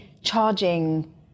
charging